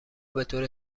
بطور